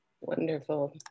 Wonderful